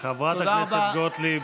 רגע, טלי.